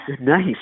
nice